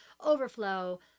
overflow